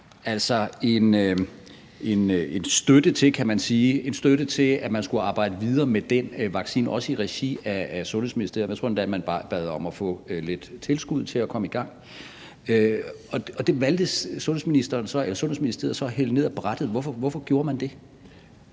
kan man sige, at man skulle arbejde videre med den vaccine, også i regi af Sundhedsministeriet – jeg tror endda, man bad om at få lidt tilskud til at komme i gang. Og det valgte Sundhedsministeriet så at hælde ned af brættet – hvorfor gjorde man det?